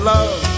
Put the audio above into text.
Love